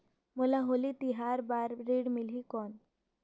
मोला होली तिहार बार ऋण मिलही कौन?